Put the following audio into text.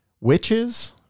witches